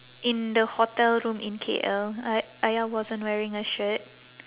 in the hotel room in K_L uh ayah wasn't wearing a shirt